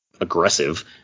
aggressive